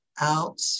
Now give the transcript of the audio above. out